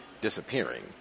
disappearing